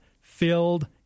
filled